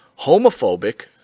homophobic